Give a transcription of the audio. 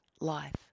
life